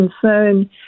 concern